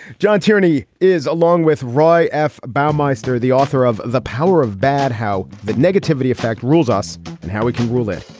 john tierney is along with roy f. baumeister, the author of the power of bad how the negativity effect rules us and how we can rule it.